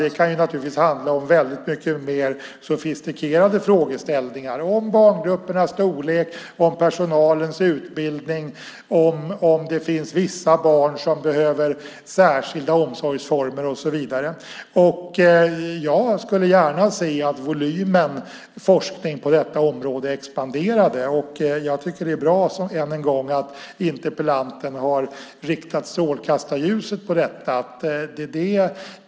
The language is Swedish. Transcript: Det kan handla om väldigt mycket mer sofistikerade frågeställningar om barngruppernas storlek, personalens utbildning, om det finns vissa barn som behöver särskilda omsorgsformer, och så vidare. Jag skulle gärna se att volymen forskning på detta område expanderade. Det är bra att interpellanten har riktat strålkastarljuset på detta.